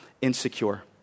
insecure